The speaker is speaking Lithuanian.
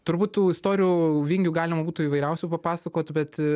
turbūt tų istorijų vingių galima būtų įvairiausių papasakot bet